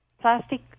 plastic